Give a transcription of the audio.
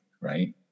Right